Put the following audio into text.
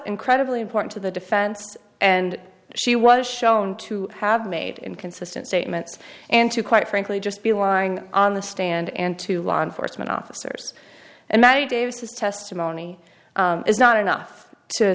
incredibly important to the defense and she was shown to have made inconsistent statements and to quite frankly just be lying on the stand and to law enforcement officers and many daves his testimony is not enough to